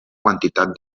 quantitat